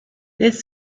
this